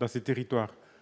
dans ces territoires.